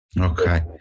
Okay